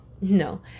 No